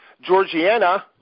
Georgiana